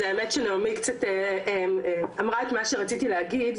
אז האמת שנעמי אמרה את מה שרציתי להגיד,